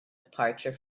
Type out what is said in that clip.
departure